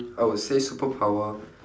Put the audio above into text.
I would say superpower